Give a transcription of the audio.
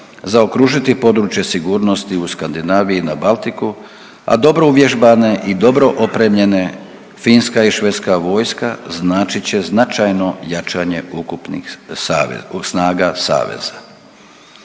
zaokružiti područje sigurnosti u Skandinaviji i na Baltiku, a dobro uvježbane i dobro opremljene Finska i Švedska vojska značit će značajno jačanje ukupnih snaga saveza.